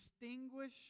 distinguish